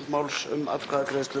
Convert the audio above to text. beinið.